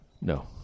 No